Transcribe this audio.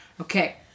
Okay